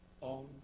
on